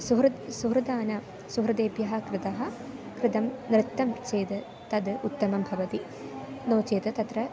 सुहृद् सुहृदां सुहृद्भ्यः कृतं कृतं नृत्तं चेद् तद् उत्तमं भवति नो चेत् तत्र